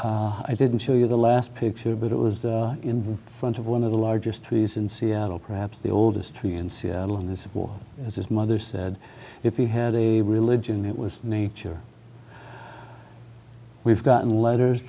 nature i didn't show you the last picture but it was in front of one of the largest trees in seattle perhaps the oldest tree in seattle in this war as his mother said if he had a religion it was nature we've gotten letters